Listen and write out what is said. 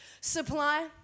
supply